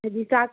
ꯍꯥꯏꯗꯤ ꯆꯥꯛ